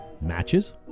Matches